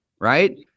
right